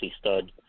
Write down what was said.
stud